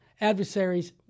adversaries